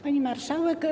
Pani Marszałek!